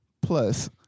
Plus